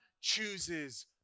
chooses